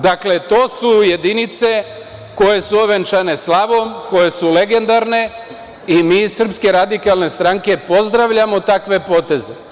Dakle, to su jedinice koje su ovenčane slavom, koje su legendarne i mi iz SRS pozdravljamo takve poteze.